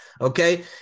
okay